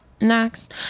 Next